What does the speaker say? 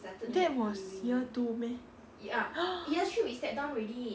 that was year two meh